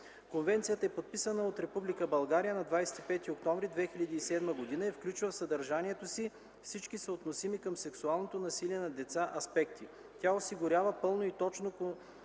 Конвенцията е подписана от Република България на 25 октомври 2007 г. и включва в съдържанието си всички съотносими към сексуалното насилие над децата аспекти. Тя осигурява пълно и точно консолидиране